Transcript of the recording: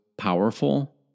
powerful